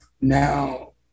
now